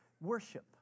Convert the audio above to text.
worship